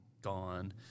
Gone